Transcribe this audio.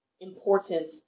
important